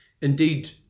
Indeed